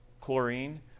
chlorine